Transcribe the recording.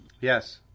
Yes